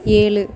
ஏழு